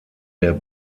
der